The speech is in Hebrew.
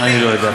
אני לא יודע.